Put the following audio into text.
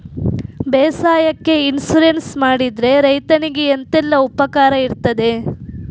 ಬೇಸಾಯಕ್ಕೆ ಇನ್ಸೂರೆನ್ಸ್ ಮಾಡಿದ್ರೆ ರೈತನಿಗೆ ಎಂತೆಲ್ಲ ಉಪಕಾರ ಇರ್ತದೆ?